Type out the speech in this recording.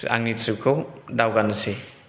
आंनि ट्रिपखौ दावगानोसै